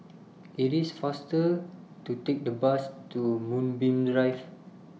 IT IS faster to Take The Bus to Moonbeam Drive